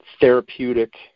therapeutic